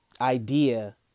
idea